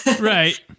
Right